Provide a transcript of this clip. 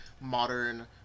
modern